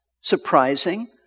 surprising